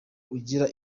ugira